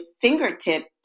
fingertips